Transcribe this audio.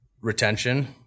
retention